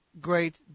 great